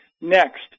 Next